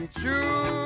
true